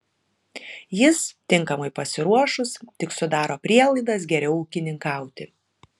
jis tinkamai pasiruošus tik sudaro prielaidas geriau ūkininkauti